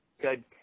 good